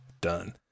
Done